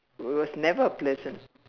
it was never pleasant